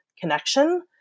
connection